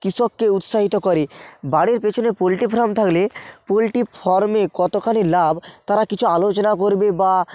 কৃষককে উৎসাহিত করে বাড়ির পেছনে পোল্ট্রি ফার্ম থাকলে পোল্ট্রি ফার্মে কতখানি লাভ তারা কিছু আলোচনা করবে বা